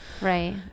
Right